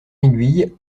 aiguille